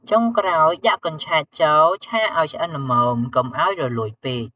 ចុងក្រោយដាក់កញ្ឆែតចូលឆាឲ្យឆ្អិនល្មម កុំឲ្យរលួយពេក។